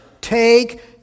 take